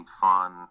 fun